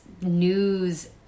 news